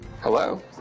Hello